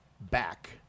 back